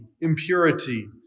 impurity